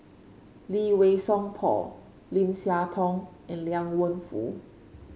Lee Wei Song Paul Lim Siah Tong and Liang Wenfu